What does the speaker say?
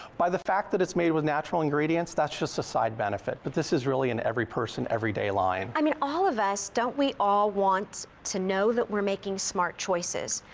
by the fact that it's made with natural ingredients. that's just a side benefit. but this is really an every person, everyday line. i mean all of us, don't we all want to know that we're making smart choices?